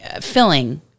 filling